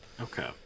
Okay